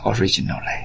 originally